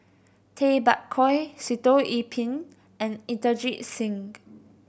Tay Bak Koi Sitoh Yih Pin and Inderjit Singh